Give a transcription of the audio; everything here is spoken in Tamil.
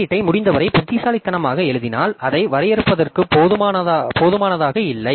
குறியீட்டை முடிந்தவரை புத்திசாலித்தனமாக எழுதினால் அதை வரையறுப்பதற்கு போதுமானதாக இல்லை